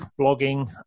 blogging